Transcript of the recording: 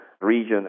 region